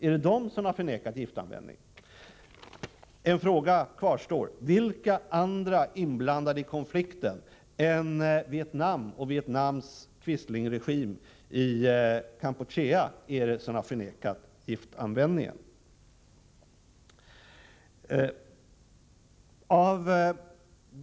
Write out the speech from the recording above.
Är det den som har förnekat giftanvändning? En fråga kvarstår: Vilka andra inblandade i konflikten än Vietnam och Vietnams quislingregim i Kampuchea har förnekat giftanvändningen?